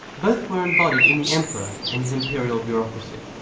both were embodied in the emperor and his imperial bureaucracy.